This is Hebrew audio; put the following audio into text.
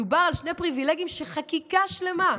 מדובר על שני פריבילגים שחקיקה שלמה,